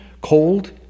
cold